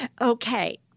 Okay